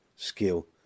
skill